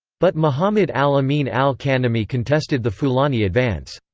but muhammad al-amin al-kanemi contested the fulani advance.